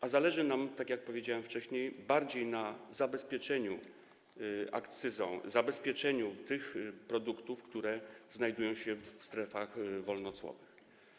A zależy nam, tak jak powiedziałem wcześniej, bardziej na zabezpieczeniu akcyzą... zabezpieczeniu tych produktów, które znajdują się w strefach wolnocłowych.